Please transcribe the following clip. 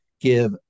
give